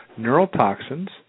neurotoxins